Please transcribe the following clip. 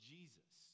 Jesus